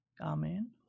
Amen